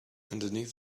underneath